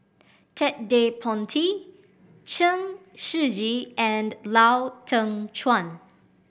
Ted De Ponti Chen Shiji and Lau Teng Chuan